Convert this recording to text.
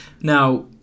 Now